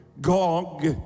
Gog